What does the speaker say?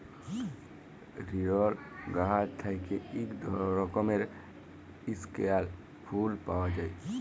বিরল গাহাচ থ্যাইকে ইক রকমের ইস্কেয়াল ফুল পাউয়া যায়